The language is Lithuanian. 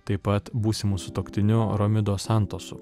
taip pat būsimu sutuoktiniu romido santosu